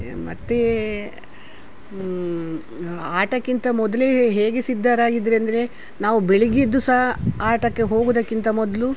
ಮತ್ತು ಆಟಕ್ಕಿಂತ ಮೊದಲೇ ಹೇಗೆ ಸಿದ್ಧರಾಗಿದ್ರು ಅಂದರೆ ನಾವು ಬೆಳಗ್ಗೆದ್ದು ಸಹ ಆಟಕ್ಕೆ ಹೋಗುವುದಕ್ಕಿಂತ ಮೊದಲು